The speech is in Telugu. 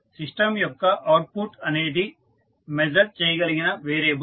సిస్టమ్ యొక్క అవుట్పుట్ అనేది మెజర్ చేయగలిగిన వేరియబుల్